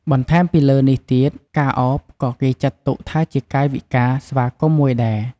បន្ថែមពីលើនេះទៀត ការឱបក៏គេចាត់ទុកថាជាកាយវិការស្វាគមន៍មួយដែរ។